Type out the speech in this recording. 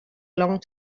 long